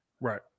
Right